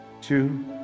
two